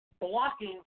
blocking